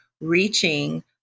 reaching